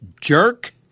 jerk